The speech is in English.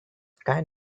kind